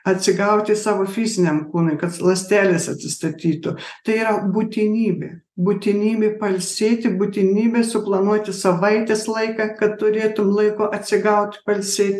atsigauti savo fiziniam kūnui kad ląstelės atsistatytų tai yra būtinybė būtinybė pailsėti būtinybė suplanuoti savaitės laiką kad turėtum laiko atsigaut pailsėt